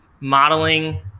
modeling